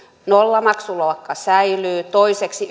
nollamaksuluokka säilyy toiseksi